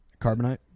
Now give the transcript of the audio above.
Carbonite